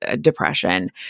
depression